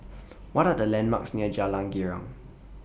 What Are The landmarks near Jalan Girang